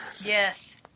Yes